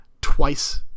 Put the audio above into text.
twice